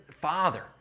father